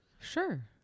Sure